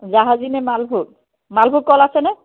জাহাজী নে মালভোগ মালভোগ কল আছেনে